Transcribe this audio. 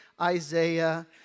Isaiah